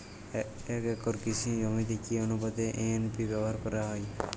এক একর কৃষি জমিতে কি আনুপাতে এন.পি.কে ব্যবহার করা হয়?